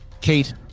kate